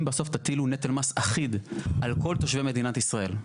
אם בסוף תטילו נטל מס אחיד על כל תושבי מדינת ישראל,